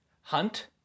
hunt